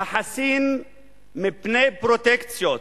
החסינה מפני פרוטקציות,